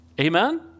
Amen